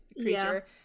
creature